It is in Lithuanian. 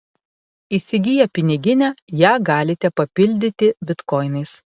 įsigiję piniginę ją galite papildyti bitkoinais